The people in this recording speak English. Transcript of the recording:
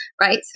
right